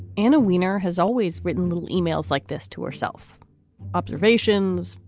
and a winner has always written little emails like this to herself observations,